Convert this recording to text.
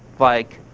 like,